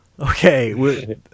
Okay